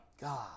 God